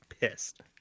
pissed